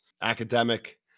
academic